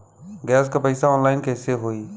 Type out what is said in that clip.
Gas क पैसा online कइसे होई?